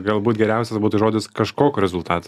galbūt geriausias būtų žodis kažkokiu rezultatu